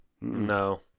No